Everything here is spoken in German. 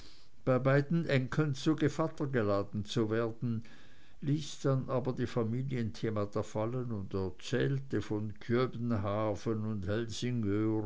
bei beiden enkeln zu gevatter geladen zu werden ließ dann aber die familienthemata fallen und erzählte von kjöbenhavn und